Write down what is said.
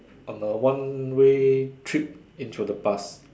on a one way trip into the past